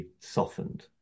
softened